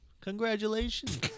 Congratulations